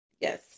Yes